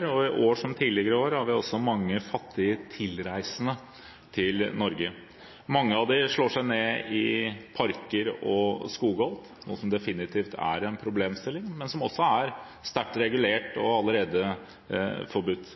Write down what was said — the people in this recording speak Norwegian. i år – som tidligere år – har vi mange fattige tilreisende til Norge. Mange av dem slår seg ned i parker og skogholt, noe som definitivt er en problemstilling, men som også er sterkt regulert og allerede forbudt.